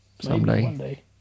someday